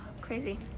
crazy